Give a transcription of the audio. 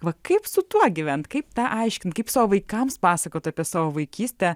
va kaip su tuo gyvent kaip tą aiškint kaip savo vaikams pasakot apie savo vaikystę